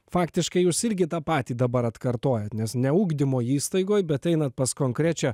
faktiškai jūs irgi tą patį dabar atkartojat nes ne ugdymo įstaigoj bet einat pas konkrečią